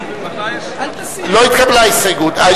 לא התקבלה ההסתייגות.